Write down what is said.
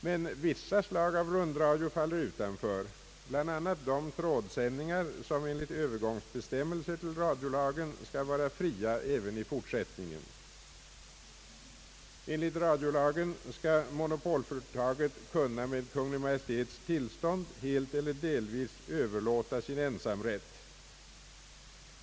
Men vissa slag av rundradio faller utanför, bl.a. de trådsändningar som enligt övergångsbestämmelser till radiolagen skall vara fria även i fortsättningen, Enligt radiolagen skall monopolföretaget kunna med Kungl. Maj:ts tillstånd helt eller delvis överlåta sin ensamrätt.